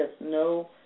no